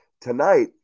Tonight